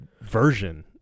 version